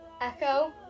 Echo